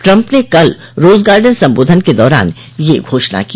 Trump ने कल Rose Garden संबोधन के दौरान यह घोषणा की